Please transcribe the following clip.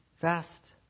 fast